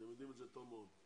אתם יודעים את זה טוב מאוד.